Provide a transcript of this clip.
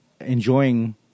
enjoying